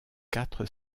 quatre